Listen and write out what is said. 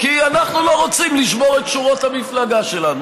כי אנחנו לא רוצים לשבור את שורות המפלגה שלנו.